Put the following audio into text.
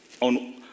on